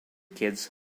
kids